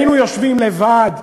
היינו יושבים לבד.